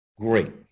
great